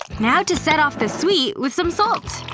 now to set off the sweet with some salt.